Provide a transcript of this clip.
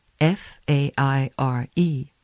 F-A-I-R-E